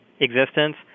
existence